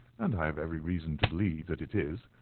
and i have every reason to believe that it is,